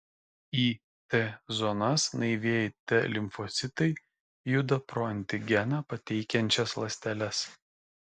į t zonas naivieji t limfocitai juda pro antigeną pateikiančias ląsteles